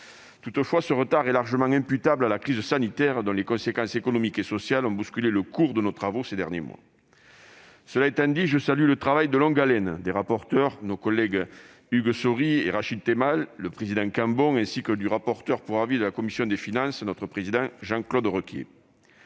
Toutefois, ce retard est largement imputable à la crise sanitaire, dont les conséquences économiques et sociales ont bousculé le cours de nos travaux ces derniers mois. Cela étant dit, je salue le travail de longue haleine des rapporteurs, nos collègues Hugues Saury et Rachid Temal, du président Christian Cambon, ainsi que du rapporteur pour avis de la commission des finances, le président de notre groupe,